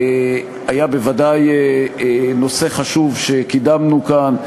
היה בוודאי נושא חשוב שקידמנו כאן.